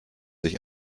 sich